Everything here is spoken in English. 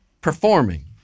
Performing